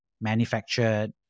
manufactured